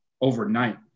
overnight